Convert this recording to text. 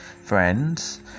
friends